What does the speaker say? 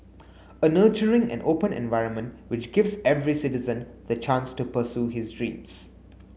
a nurturing and open environment which gives every citizen the chance to pursue his dreams